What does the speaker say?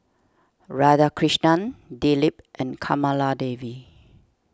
Radhakrishnan Dilip and Kamaladevi